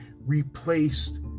replaced